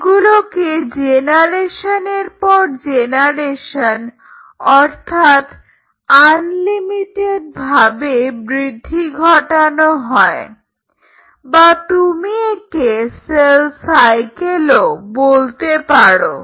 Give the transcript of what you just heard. এগুলোকে জেনারেশনের পর জেনারেশন অর্থাৎ আনলিমিটেডভাবে বৃদ্ধি ঘটানো হয় বা তুমি একে সেল সাইকেলও বলতে পারো